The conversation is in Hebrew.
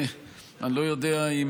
אני לא יודע אם